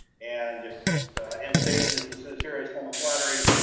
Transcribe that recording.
and if the imitation is the sincerest form of flattery,